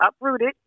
Uprooted